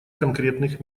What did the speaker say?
конкретных